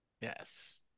Yes